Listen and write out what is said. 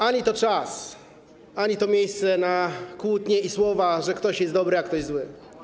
Ani to czas, ani to miejsce na kłótnie i słowa, że ktoś jest dobry, a ktoś zły.